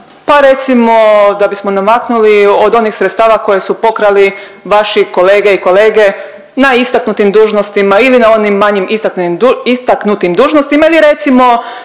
pa recimo da bismo namaknuli od onih sredstava koje su pokrali vaši kolege i kolege na istaknutim dužnostima ili na onim manjim istaknutim dužnostima ili recimo